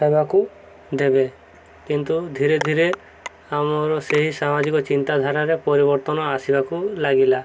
ହେବାକୁ ଦେବେ କିନ୍ତୁ ଧୀରେ ଧୀରେ ଆମର ସେହି ସାମାଜିକ ଚିନ୍ତାଧାରାରେ ପରିବର୍ତ୍ତନ ଆସିବାକୁ ଲାଗିଲା